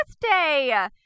birthday